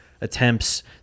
attempts